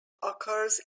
occurs